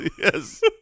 Yes